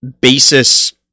basis